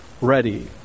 ready